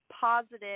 positive